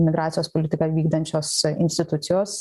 migracijos politiką vykdančios institucijos